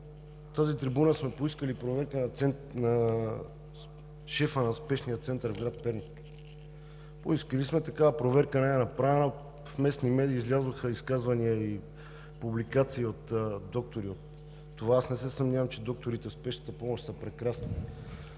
тази трибуна сме поискали проверка на шефа на Спешния център в град Перник, поискали сме, но такава проверка не е направена. В местните медии излязоха изказвания и публикации от доктори – аз не се съмнявам, че докторите в Спешната помощ са прекрасни.